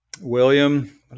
William